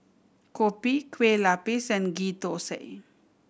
kopi Kueh Lapis and Ghee Thosai